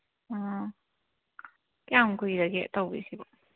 ꯑꯣ ꯀꯌꯥꯝ ꯀꯨꯏꯔꯒꯦ ꯇꯧꯔꯤꯁꯤꯕꯣ